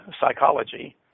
psychology